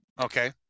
Okay